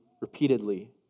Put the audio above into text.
repeatedly